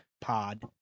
pod